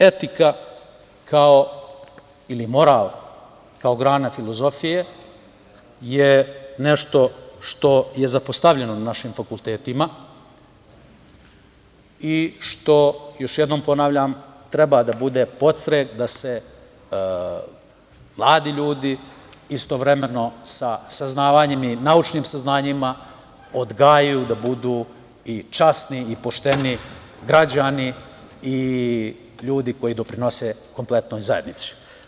Naravno, etika ili moral kao grana filozofije je nešto što je zapostavljeno na našim fakultetima i što, još jednom ponavljam, treba da bude podstrek da se mladi ljudi istovremeno sa naučnim saznanjima odgajaju da budu časni i pošteni građani i ljudi koji doprinose kompletnoj zajednici.